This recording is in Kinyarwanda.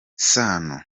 sano